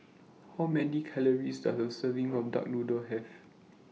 How Many Calories Does A Serving of Duck Noodle Have